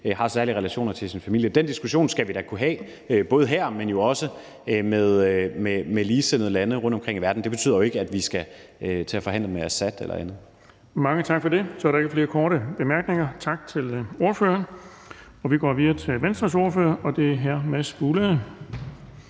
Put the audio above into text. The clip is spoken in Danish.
har særlige relationer til sin familie? Den diskussion skal vi da kunne have både her, men også med ligesindede lande rundtomkring i verden. Det betyder jo ikke, at vi skal til at forhandle med Assad eller andre. Kl. 20:07 Den fg. formand (Erling Bonnesen): Mange tak for det. Så er der ikke flere korte bemærkninger. Tak til ordføreren. Vi går videre til Venstres ordfører, og det er hr. Mads Fuglede.